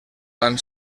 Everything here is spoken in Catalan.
van